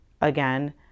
again